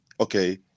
Okay